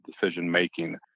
decision-making